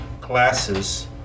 classes